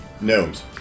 gnomes